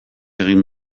egin